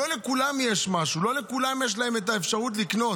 לא לכולם יש משהו, לא לכולם יש אפשרות לקנות.